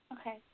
Okay